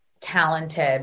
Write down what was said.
talented